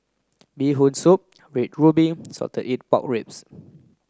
bee hoon soup red ruby salted egg pork ribs